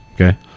okay